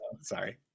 Sorry